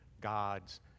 God's